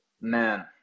Man